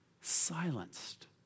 silenced